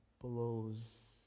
blows